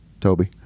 Toby